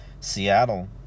Seattle